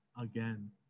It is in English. again